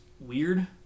weird